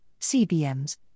CBMs